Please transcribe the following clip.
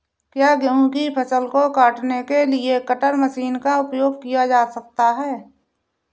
क्या गेहूँ की फसल को काटने के लिए कटर मशीन का उपयोग किया जा सकता है?